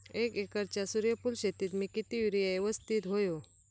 एक एकरच्या सूर्यफुल शेतीत मी किती युरिया यवस्तित व्हयो?